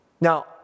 Now